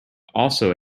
also